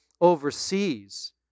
overseas